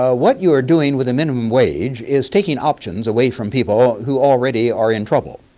ah what you are doing with a minimum wage is taking options away from people who already are in trouble.